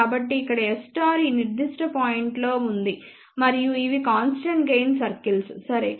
కాబట్టి ఇక్కడ S ఈ నిర్దిష్ట పాయింట్ లో ఉంది మరియు ఇవి కాన్స్టెంట్ గెయిన్ సర్కిల్స్ సరే